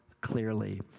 clearly